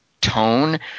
tone